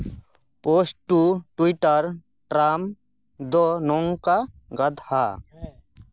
post to Twitter Trump ᱫᱚ ᱱᱚᱝᱠᱟ ᱜᱟᱫᱷᱟ